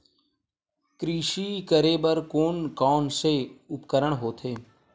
कृषि करेबर कोन कौन से उपकरण होथे?